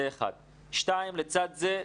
לצד זה,